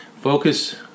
focus